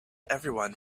everyone